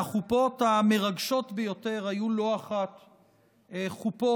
והחופות המרגשות ביותר היו לא אחת חופות,